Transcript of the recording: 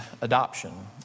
adoption